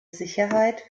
sicherheit